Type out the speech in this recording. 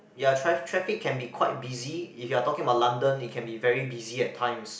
ya traf~ traffic can be quite busy if you're talking about London it can be very busy at times